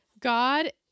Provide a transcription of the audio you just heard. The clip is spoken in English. God